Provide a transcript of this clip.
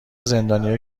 زندانیها